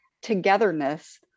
togetherness